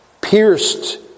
pierced